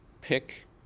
pick